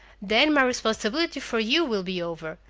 then my responsibility for you will be over.